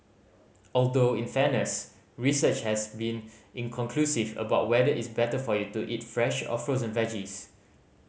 although in fairness research has been inconclusive about whether it's better for you to eat fresh or frozen veggies